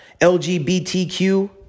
LGBTQ